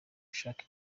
ashaka